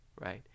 right